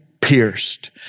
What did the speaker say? pierced